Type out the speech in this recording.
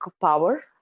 power